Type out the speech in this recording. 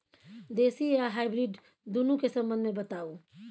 देसी आ हाइब्रिड दुनू के संबंध मे बताऊ?